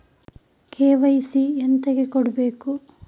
KYC ಎಂತಕೆ ಕೊಡ್ಬೇಕು?